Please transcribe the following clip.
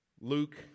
Luke